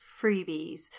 freebies